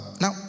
Now